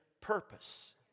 purpose